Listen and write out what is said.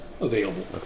available